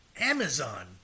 Amazon